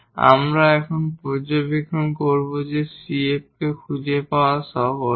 এবং আমরা এখন পর্যবেক্ষণ করব যে CF খুঁজে পাওয়া সহজ